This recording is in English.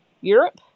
Europe